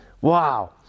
Wow